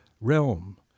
realm